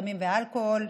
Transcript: סמים ובאלכוהול,